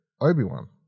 Obi-Wan